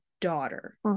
daughter